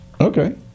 Okay